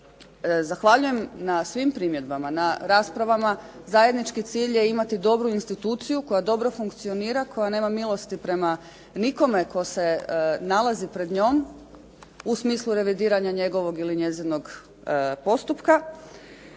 Zahvaljujem na svim primjedbama, na raspravama. Zajednički cilj je imati dobru instituciju koja dobro funkcionira, koja nema milosti prema nikome tko se nalazi pred njom u smislu revidiranja njegovog ili njezinog postupka